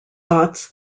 thoughts